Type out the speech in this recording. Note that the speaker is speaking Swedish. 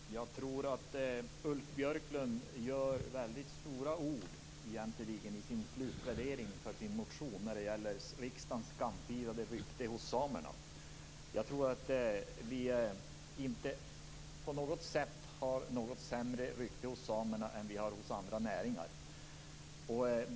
Herr talman! Jag tycker att Ulf Björklund använder väldigt stora ord i slutpläderingen för sin motion när han talar om riksdagens skamfilade rykte hos samerna. Jag tror att riksdagen inte på något sätt har ett sämre rykte hos samerna än hos andra näringar.